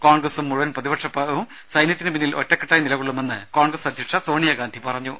കോൺഗ്രസും മുഴുവൻ പ്രതിപക്ഷവും സൈന്യത്തിനു പിന്നിൽ ഒറ്റക്കെട്ടായി നിലകൊള്ളുമെന്ന് പാർട്ടി അധ്യക്ഷ സോണിയാഗാന്ധി പറഞ്ഞു